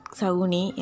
saguni